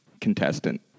contestant